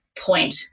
point